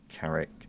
Carrick